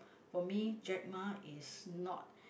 for me Jack-Ma is not